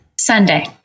Sunday